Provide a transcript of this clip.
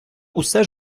усе